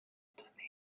unternehmen